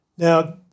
Now